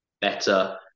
better